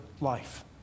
life